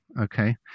okay